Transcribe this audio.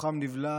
בתוכם נבלע